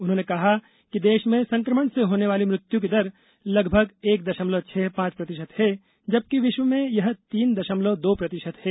उन्होंने कहा कि देश में संक्रमण से होने वाली मृत्यु की दर लगभग एक दशमलव छह पांच प्रतिशत है जबकि विश्व में यह तीन दशमलव दो प्रतिशत है